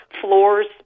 floors